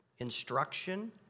instruction